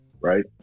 right